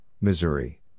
Missouri